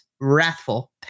wrathful